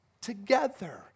together